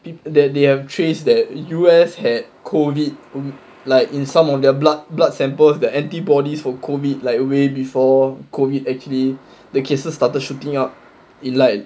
that they have traced that U_S had COVID like in some of their blood blood samples the antibodies for COVID like way before COVID actually the cases started shooting up in like